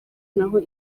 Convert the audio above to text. naho